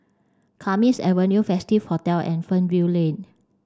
Kismis Avenue Festive Hotel and Fernvale Lane